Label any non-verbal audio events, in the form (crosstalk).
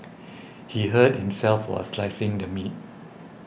(noise) he hurt himself while slicing the meat